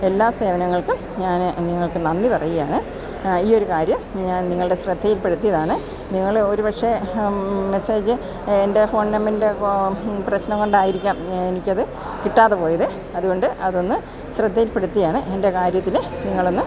എല്ലാ സേവനങ്ങൾക്കും ഞാന് നിങ്ങൾക്ക് നന്ദി പറയുകയാണ് ഈയൊരു കാര്യം ഞാന് നിങ്ങളുടെ ശ്രദ്ധയിൽ പെടുത്തിയതാണ് നിങ്ങള് ഒരുപക്ഷെ മെസ്സേജ് എൻ്റെ ഫോൺ നമ്പരിൻ്റെ പ്രശ്നം കൊണ്ടായിരിക്കാം എനിക്കത് കിട്ടാതെ പോയത് അതുകൊണ്ട് അതൊന്ന് ശ്രദ്ധയിൽപ്പെടുത്തിയ്യാണ് എൻ്റെ കാര്യത്തില് നിങ്ങളൊന്ന്